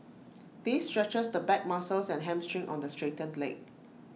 this stretches the back muscles and hamstring on the straightened leg